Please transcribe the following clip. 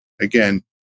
again